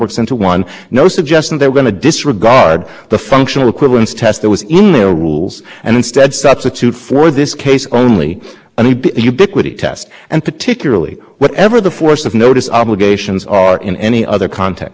context when an agency is talking about changing its rules and changing its standards and applying a different standard or different test than the one that is in the c f r that is where the notice obligations should be most strongly enforced because there's no